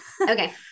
Okay